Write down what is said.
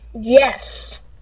Yes